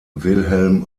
wilhelm